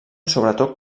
sobretot